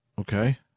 okay